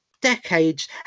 decades